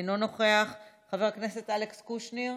אינו נוכח, חבר הכנסת אלכס קושניר,